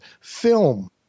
film